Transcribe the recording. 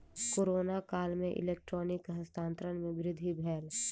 corona काल में electronic हस्तांतरण में वृद्धि भेल